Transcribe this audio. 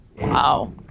Wow